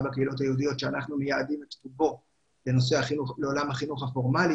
בקהילות היהודיות שאת רובו אנחנו מייעדים לעולם החינוך הפורמלי.